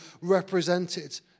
represented